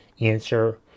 answer